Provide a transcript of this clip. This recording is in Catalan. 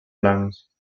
blancs